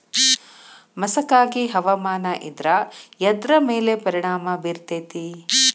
ಮಸಕಾಗಿ ಹವಾಮಾನ ಇದ್ರ ಎದ್ರ ಮೇಲೆ ಪರಿಣಾಮ ಬಿರತೇತಿ?